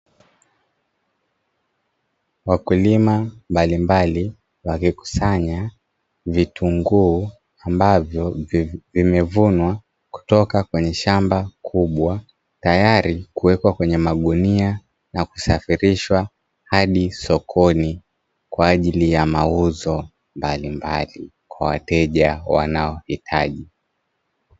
Wakulima mbalimbali wakikusanya vitunguu ambavyo vinevunwa kutoka kwenye shamba kubwa, tayari kuwekwa kwenye magunia na kusafrishwa hadi sokoni, kwa ajili ya mauzo mbalimbali kwa wateja wanaohitaji.